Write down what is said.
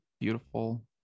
beautiful